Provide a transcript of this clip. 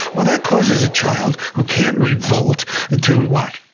well, that causes a child who can't revolt to what?